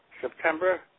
September